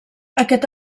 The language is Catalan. aquest